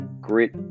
grit